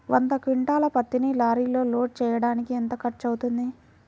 వంద క్వింటాళ్ల పత్తిని లారీలో లోడ్ చేయడానికి ఎంత ఖర్చవుతుంది?